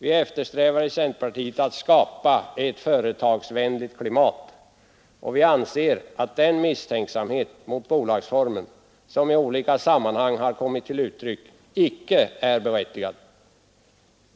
I centerpartiet eftersträvar vi ett företagsvänligt klimat, och vi anser att den misstänksamhet mot bolagsformen som i olika sammanhang har kommit till uttryck icke är berättigad.